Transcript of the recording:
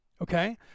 okay